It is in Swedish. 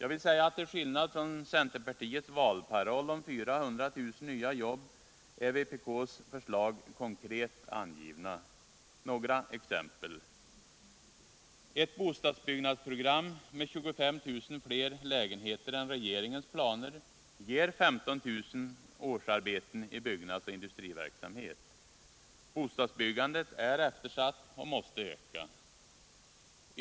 Till skillnad från centerpartiets valparoll om 400 000 nya jobb är vpk:s förslag konkret angivna. Några exempel: ett bostadsbyggnadsprogram med 25 000 fler lägenheter än enligt regeringens planer ger 15 000 årsarbeten i byggnadsoch industriverksamhet. Bostadsbyggandet är eftersatt och måste öka.